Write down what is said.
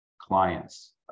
clients